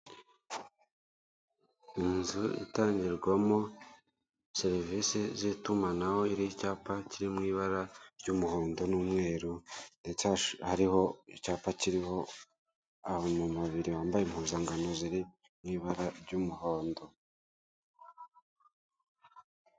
Inzu itangirwamo serivisi z'itumanaho iriho icyapa kiri mu ibara ry'umuhondo n'umweru, ndetse hariho icyapa kiriho abantu babiri bambaye impuzankano ziri mu ibara ry'umuhondo.